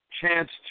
chance